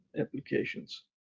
applications